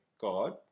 God